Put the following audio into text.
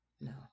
No